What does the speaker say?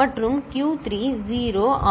மற்றும் Q 3 0 ஆகும்